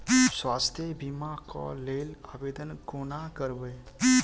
स्वास्थ्य बीमा कऽ लेल आवेदन कोना करबै?